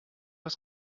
das